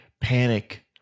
panic